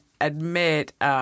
admit